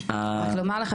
רק לומר לך,